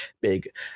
big